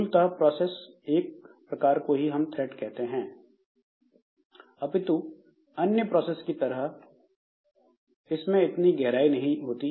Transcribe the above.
मूलतः प्रोसेस के एक प्रकार को ही हम थ्रैड कहते हैं अपितु अन्य प्रोसेस की तरह इतनी गहराई में नहीं जाती